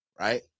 right